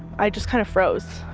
i just kind of froze.